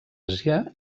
àsia